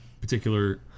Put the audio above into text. particular